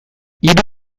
hiru